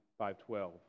5.12